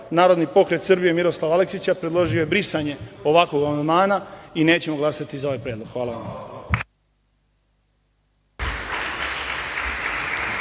Narodni pokret Srbije – Miroslava Aleksića predložio je brisanje ovakvog amandmana i nećemo glasati za ovaj predlog. Hvala.